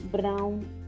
brown